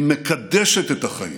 היא מקדשת את החיים,